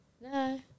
No